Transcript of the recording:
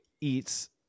eats